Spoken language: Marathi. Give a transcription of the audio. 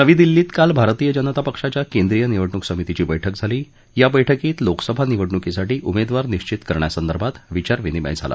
नवी दिल्लीत काल भारतीय जनता पक्षाच्या केंद्रीय निवडणूक समितीची बैठक झाली या बैठकीत लोकसभा निवडणुकीसाठी उमेदवार निश्चित करण्यासंदर्भात विचारविनिमय झाला